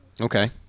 Okay